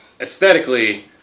Aesthetically